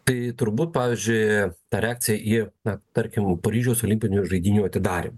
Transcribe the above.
tai turbūt pavyzdžiui ta reakcija į na tarkim paryžiaus olimpinių žaidynių atidarymą